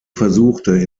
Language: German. versuchte